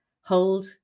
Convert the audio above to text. hold